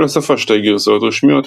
לשפה שתי גרסאות ראשיות,